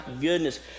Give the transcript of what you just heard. goodness